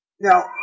Now